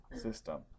system